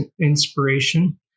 inspiration